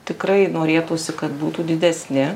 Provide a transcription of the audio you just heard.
tikrai norėtųsi kad būtų didesni